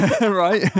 Right